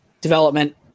development